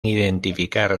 identificar